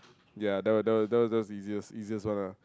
ya that that was that was easiest one lah